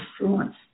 influence